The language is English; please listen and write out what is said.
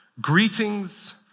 Greetings